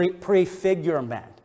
prefigurement